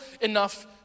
enough